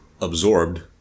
absorbed